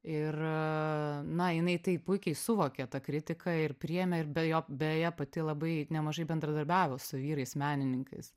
ir na jinai tai puikiai suvokė tą kritiką ir priėmė ir be jo beje pati labai nemažai bendradarbiavo su vyrais menininkais